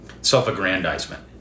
self-aggrandizement